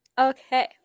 Okay